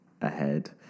ahead